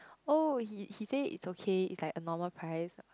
oh he he say it's okay it's like a normal price